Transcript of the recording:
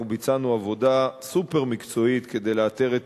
אנחנו ביצענו עבודה סופר-מקצועית כדי לאתר את